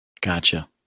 Gotcha